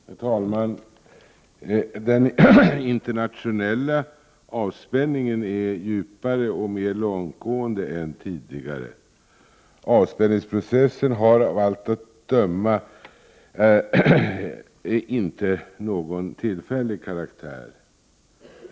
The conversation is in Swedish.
Herr talman! Den internationella avspänningen är djupare och mer långtgående än tidigare. Avspänningsprocessen har av allt att döma inte någon tillfällig karaktär.